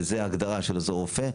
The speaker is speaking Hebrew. וזו הגדרה של עוזר רופא,